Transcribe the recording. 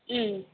ம்